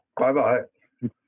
Bye-bye